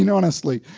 you know honestly?